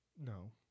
no